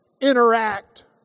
interact